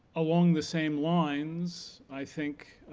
along the same lines, i think